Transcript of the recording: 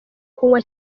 kunywa